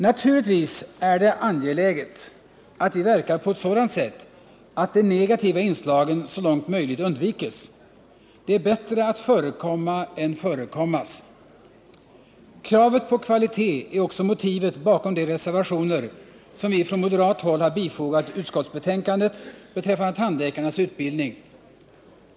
Naturligtvis är det angeläget att vi verkar på ett sådant sätt att de negativa inslagen så långt möjligt undviks. Det är bättre att förekomma än förekommas. Kravet på kvalitet är också motivet bakom de reservationer som vi från moderat håll har bifogat utskottsbetänkandet beträffande tandläkarnas utbildning.